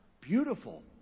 Beautiful